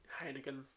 Heineken